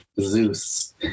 Zeus